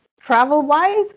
travel-wise